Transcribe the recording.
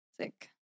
sick